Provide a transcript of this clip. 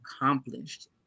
accomplished